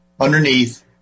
underneath